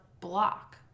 block